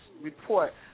report